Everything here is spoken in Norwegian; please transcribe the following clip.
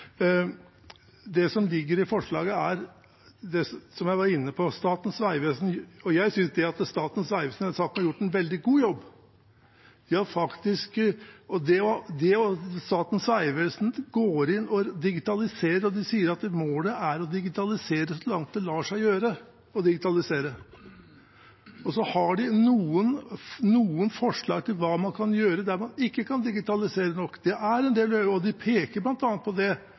Det som ligger i forslaget, er det som jeg var inne på. Jeg synes at Statens vegvesen i denne saken har gjort en veldig god jobb. Statens vegvesen digitaliserer og sier at målet er å digitalisere så langt det lar seg gjøre. Så har de noen forslag til hva man kan gjøre der man ikke kan digitalisere nok. De peker bl.a. på at det er enkelte grupper som ikke kan forventes å følge med i det digitale systemet. Da sier de at de må finne andre løsninger, hvor man kan samarbeide på tvers, med kommuner og